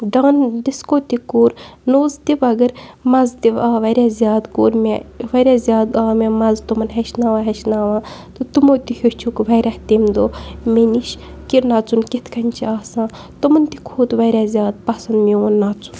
ڈان disco تہِ کوٚر نوٚژ تہِ مگر مَزٕ تہِ آو واریاہ زیادٕ کوٚر مےٚ واریاہ زیادٕ آو مےٚ مَزٕ تِمَن ہیٚچھناوان ہیٚچھناوان تہٕ تٕمو تہِ ہیٚوچھُکھ واریاہ تَمہِ دۄہ مےٚ نِش کہِ نَژُن کِتھ کٔنۍ چھِ آسان تِمَن تہِ کھوٚت واریاہ زیادٕ پَسنٛد میون نَژُن